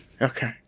okay